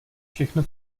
všechno